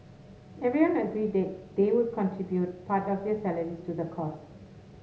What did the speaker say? everyone agreed that they would contribute part of their salaries to the cause